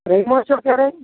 રમ્યો છો ક્યારેય